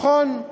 נכון,